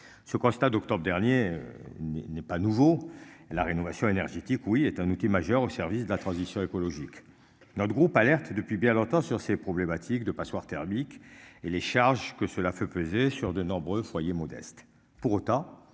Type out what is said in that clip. Ce constat d'octobre dernier. N'est pas nouveau la rénovation énergétique oui est un outil majeur au service de la transition écologique. Notre groupe alerte depuis bien longtemps sur ces problématiques de passoires thermiques et les charges que cela fait peser sur de nombreux foyers modestes. Pour autant,